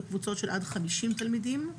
בקבוצות של עד 50 תלמידים,